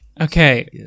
Okay